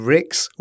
Rick's